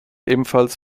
ebenfalls